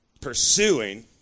pursuing